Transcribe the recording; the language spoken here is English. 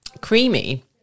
creamy